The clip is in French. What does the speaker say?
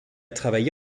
travaillé